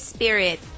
Spirit